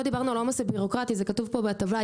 לא דיברנו על העומס הבירוקרטי; זה כתוב פה בהטבה.